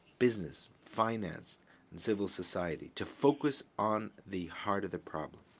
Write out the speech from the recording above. business, finance and civil society, to focus on the heart of the problem.